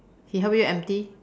he help you empty